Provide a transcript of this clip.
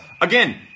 Again